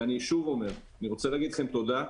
ואני שוב אומר: אני רוצה להגיד לכם תודה.